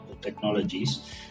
technologies